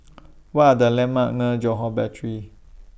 What Are The landmarks Johore Battery